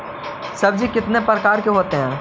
सब्जी कितने प्रकार के होते है?